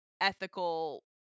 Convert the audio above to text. ethical